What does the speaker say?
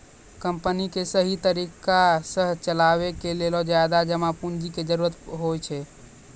company क सहि तरिका सह चलावे के लेलो ज्यादा जमा पुन्जी के जरुरत होइ छै